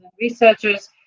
researchers